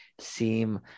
seem